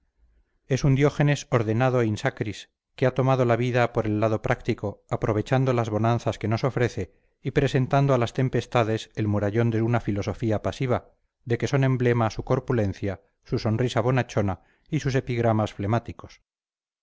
es un diógenes ordenadoin sacris que ha tomado la vida por el lado práctico aprovechando las bonanzas que nos ofrece y presentando a las tempestades el murallón de una filosofía pasiva de que son emblema su corpulencia su sonrisa bonachona y sus epigramas flemáticos